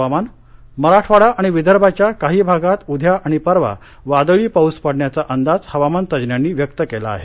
हवामान पाऊस मराठवाडा आणि विदर्भाच्या काही भागात उद्या आणि परवा वादळी पाऊस पडण्याचा अंदाज हवामान तज्ञांनी व्यक्त केला आहे